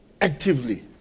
actively